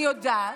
אני יודעת,